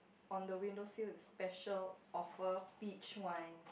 on the window sill it's special offer beach wine